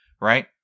right